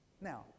Now